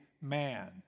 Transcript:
man